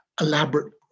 Elaborate